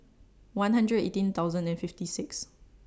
one hundred eighteen thousand and fifty six